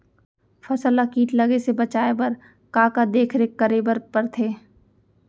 फसल ला किट लगे से बचाए बर, का का देखरेख करे बर परथे?